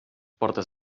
portes